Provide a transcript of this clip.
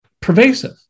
pervasive